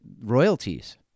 royalties